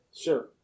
Sure